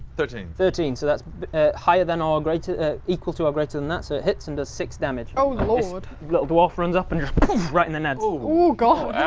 thirteen thirteen so that's higher than or greater ah equal to or greater than that. so it hits and does six damage oh lord! little dwarf runs up and just poof right in the nads oooo god